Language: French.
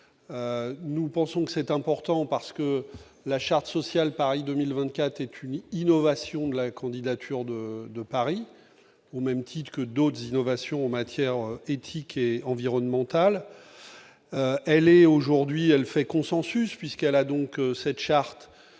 nous pensons que c'est important, parce que la charte sociale, Paris 2024 unique innovation de la candidature de Paris au même titre que d'autres innovations en matière éthique et environnemental, elle est aujourd'hui, elle fait consensus puisqu'elle a donc cette charte